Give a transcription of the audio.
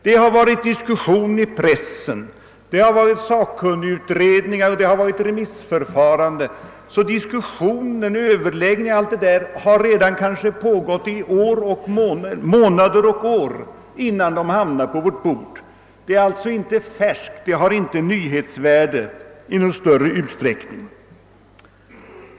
Det har förts diskussion i pressen, det har gjorts sakkunnigutredningar och det har varit remissförfaranden, varför diskussionen och överläggningarna om saken redan pågått i kanske månader och år innan frågan hamnar på vårt bord. Det är alltså inte färskt material, material som i någon större utsträckning har nyhetsvärde.